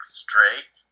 straight